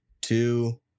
two